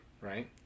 right